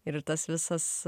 ir tas visas